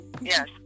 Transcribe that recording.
yes